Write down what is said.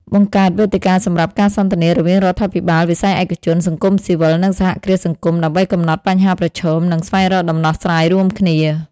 បង្កើតវេទិកាសម្រាប់ការសន្ទនា រវាងរដ្ឋាភិបាល វិស័យឯកជន សង្គមស៊ីវិល និងសហគ្រាសសង្គម ដើម្បីកំណត់បញ្ហាប្រឈម និងស្វែងរកដំណោះស្រាយរួមគ្នា ។